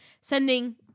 sending